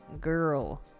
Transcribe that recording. Girl